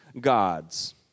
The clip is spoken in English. gods